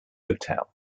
hotel